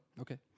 Okay